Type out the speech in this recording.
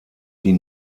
die